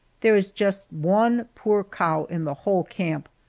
there is just one poor cow in the whole camp,